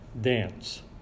dance